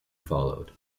followed